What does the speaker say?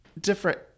Different